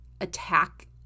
attack